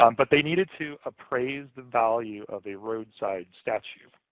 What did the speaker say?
um but they needed to appraise the value of a roadside statue.